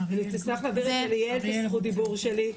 אני אשמח להעביר את זכות הדיבור שלי ליעל.